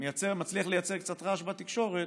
מי שמצליח לייצר קצת רעש בתקשורת,